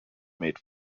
made